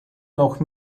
noch